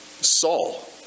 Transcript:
Saul